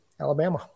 Alabama